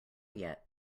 yet